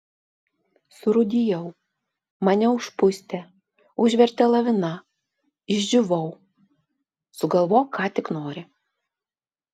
surūdijau mane užpustė užvertė lavina išdžiūvau sugalvok ką tik nori